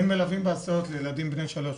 אין מלווים להסעות לילדים בני שלוש